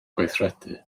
gweithredu